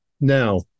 Now